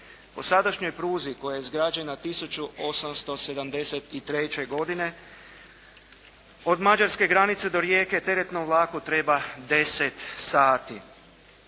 O sadašnjoj pruzi koja je izgrađena 1873. godine od Mađarske granice do Rijeke teretnom vlaku treba deset sati.